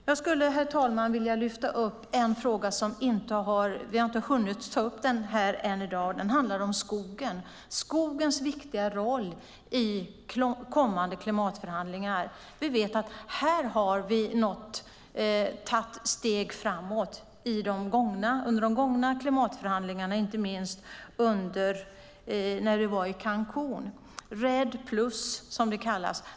Jag skulle, herr talman, vilja lyfta upp en fråga som vi ännu inte tagit upp i dag, nämligen den om skogens viktiga roll i kommande klimatförhandlingar. Här har vi vid de gångna klimatförhandlingarna tagit steg framåt, inte minst i Cancún, det som kallas REDD plus.